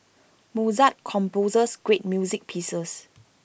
Mozart composed great music pieces